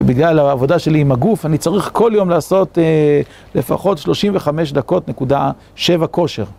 בגלל העבודה שלי עם הגוף, אני צריך כל יום לעשות לפחות 35 דקות נקודה 7 כושר.